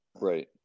Right